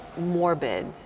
morbid